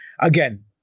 again